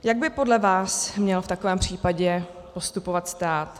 Jak by podle vás měl v takovém případě postupovat stát?